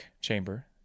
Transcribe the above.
Chamber